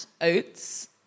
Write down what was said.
oats